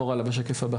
בישראל.